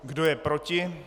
Kdo je proti?